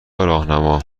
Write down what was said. راهنما